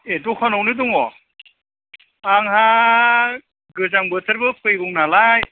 ए दखानावनो दङ आंहा गोजां बोथोरबो फैगौ नालाय